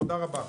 תודה רבה.